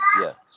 Yes